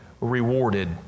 rewarded